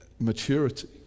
Maturity